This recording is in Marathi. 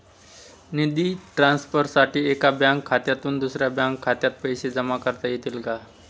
निधी ट्रान्सफरसाठी एका बँक खात्यातून दुसऱ्या बँक खात्यात पैसे जमा करता येतील का?